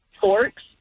forks